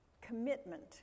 commitment